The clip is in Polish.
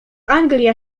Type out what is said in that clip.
anglia